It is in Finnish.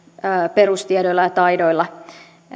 perustiedoilla ja taidoilla